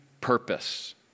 purpose